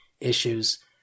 issues